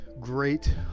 great